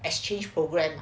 exchange program